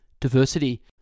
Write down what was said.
diversity